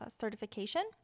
certification